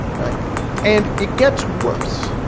and it gets worse.